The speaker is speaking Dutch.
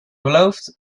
beloofd